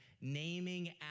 naming